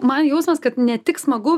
man jausmas kad ne tik smagu